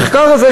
המחקר הזה,